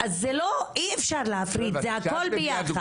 אי אפשר להפריד, זה הכול ביחד.